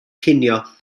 cinio